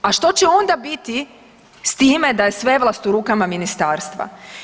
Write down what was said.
A što će onda biti sa time da je sve vlast u rukama ministarstva.